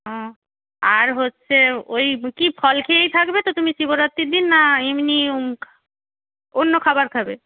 ও আর হচ্ছে ওই কি ফল খেয়েই থাকবে তো তুমি শিবরাত্রির দিন না এমনি অন্য খাবার খাবে